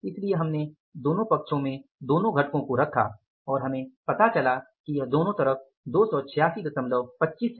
इसलिए हमने दोनों पक्षों में दोनों घटक को रखा और हमें पता चला कि यह दोनों तरफ 28625 है